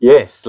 Yes